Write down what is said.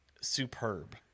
superb